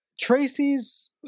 Tracy's –